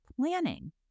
planning